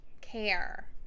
care